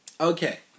Okay